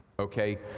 okay